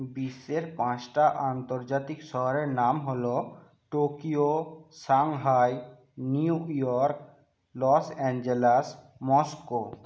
বিশ্বের পাঁচটা আন্তর্জাতিক শহরের নাম হলো Tokyo Shanghai New York Los Angeles Moscow